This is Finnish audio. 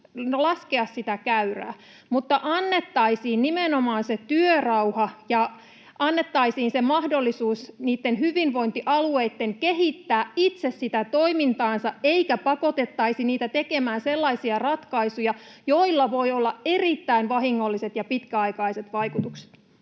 laskea sitä käyrää. Mutta annettaisiin nimenomaan se työrauha ja annettaisiin se mahdollisuus niitten hyvinvointialueitten kehittää itse sitä toimintaansa, eikä pakotettaisi niitä tekemään sellaisia ratkaisuja, joilla voi olla erittäin vahingolliset ja pitkäaikaiset vaikutukset.